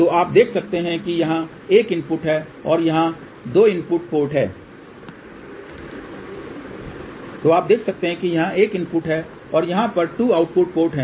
तो आप देख सकते हैं कि यहां 1 इनपुट है और यहां पर 2 आउटपुट पोर्ट हैं